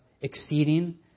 exceeding